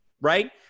Right